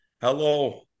Hello